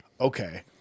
okay